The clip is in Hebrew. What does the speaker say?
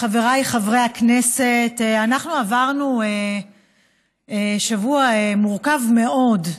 חבריי חברי הכנסת, עברנו שבוע מורכב מאוד,